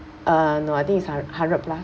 uh no I think it's hundred hundred plus